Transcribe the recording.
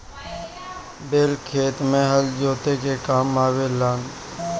बैल खेत में हल जोते के काम आवे लनअ